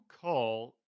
call